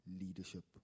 leadership